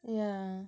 yeah